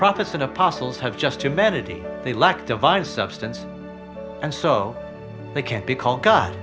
prophets and apostles have just humanity they lack device substance and so they can't be called god